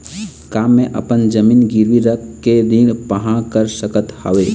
का मैं अपन जमीन गिरवी रख के ऋण पाहां कर सकत हावे?